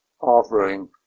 offering